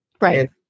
Right